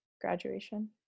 graduation